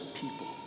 people